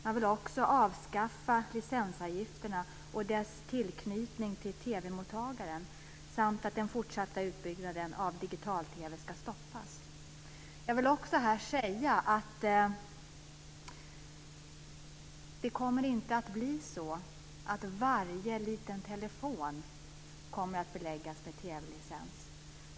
Man vill också avskaffa licensavgifterna och deras knytning till TV-mottagaren, och man vill att den fortsatta utbyggnaden av digital-TV ska stoppas. Jag vill också säga att det inte kommer att bli så att varje liten telefon kommer att beläggas med TV licens.